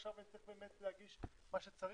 עכשיו אני צריך באמת להגיש מה שצריך.